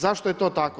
Zašto je to tako?